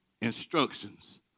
Instructions